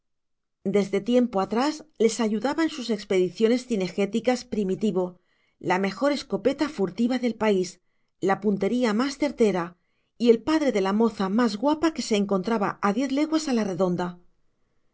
desde tiempo atrás les ayudaba en sus expediciones cinegéticas primitivo la mejor escopeta furtiva del país la puntería más certera y el padre de la moza más guapa que se encontraba en diez leguas a la redonda